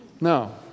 No